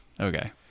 Okay